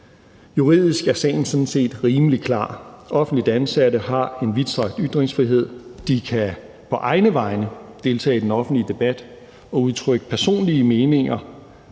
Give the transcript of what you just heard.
Juridisk er sagen sådan set rimelig klar. Offentligt ansatte har en vidtstrakt ytringsfrihed. De kan på egne vegne deltage i den offentlige debat og udtrykke personlige meninger